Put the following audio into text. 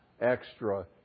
extra